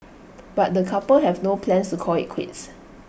but the couple have no plans to call IT quits